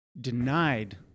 denied